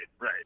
Right